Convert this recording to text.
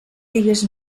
digues